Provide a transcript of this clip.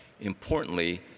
Importantly